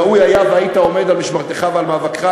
ראוי היה שהיית עומד על משמרתך ועל מעמדך.